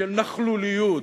של נכלוליות,